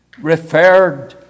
referred